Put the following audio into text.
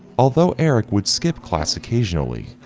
although, eric would skip class occasionally,